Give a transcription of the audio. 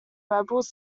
rebels